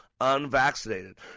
unvaccinated